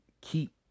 keep